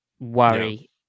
worry